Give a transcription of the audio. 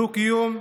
דו-קיום,